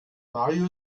mario